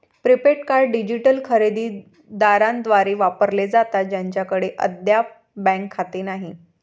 prepaid card digital खरेदी दारांद्वारे वापरले जातात ज्यांच्याकडे अद्याप बँक खाते नाही